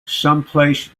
someplace